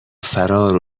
فرار